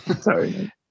sorry